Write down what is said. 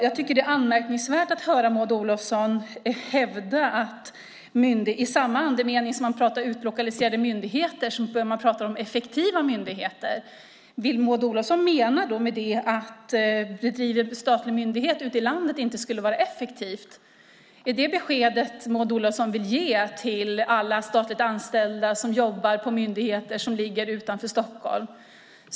Jag tycker att det är anmärkningsvärt att Maud Olofsson i samma andetag som det pratas utlokaliserade myndigheter börjar prata om effektiva myndigheter. Menar Maud Olofsson att det inte skulle vara effektivt att driva statlig myndighet ute i landet? Är det beskedet Maud Olofsson vill ge till alla statligt anställda som jobbar på myndigheter som ligger utanför Stockholm?